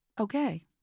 Okay